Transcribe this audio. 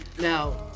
Now